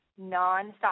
nonstop